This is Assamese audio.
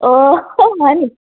অঁ হয়নি